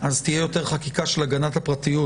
אז תהיה יותר חקיקה של הגנת הפרטיות,